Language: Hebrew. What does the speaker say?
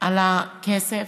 על הכסף,